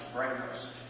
Breakfast